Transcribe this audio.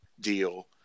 deal